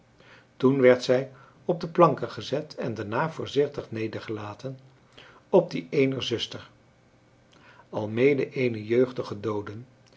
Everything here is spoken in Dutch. toen werd zij op de planken gezet en daarna voorzichtig nedergelaten op die eener zuster almede eene jeugdige doode